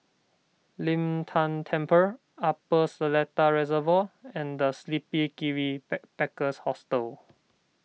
Lin Tan Temple Upper Seletar Reservoir and the Sleepy Kiwi Backpackers Hostel